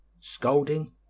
scolding